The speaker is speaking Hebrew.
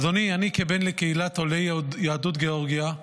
אדוני, אני, כבן לקהילת עולי יהדות גאורגיה,